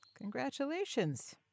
Congratulations